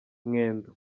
mwendo